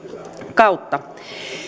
kautta